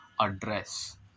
address